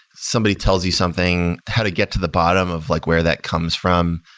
somebody tells you something, how to get to the bottom of like where that comes from.